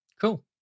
Cool